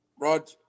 Rod